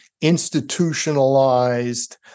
Institutionalized